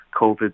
COVID